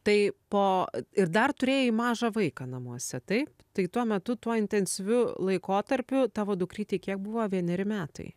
tai po ir dar turėjai mažą vaiką namuose taip tai tuo metu tuo intensyviu laikotarpiu tavo dukrytei kiek buvo vieneri metai